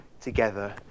together